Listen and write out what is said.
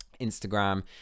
Instagram